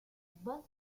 bud